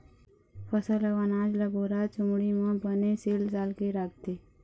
फसल अउ अनाज ल बोरा, चुमड़ी म बने सील साल के राखथे